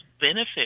benefit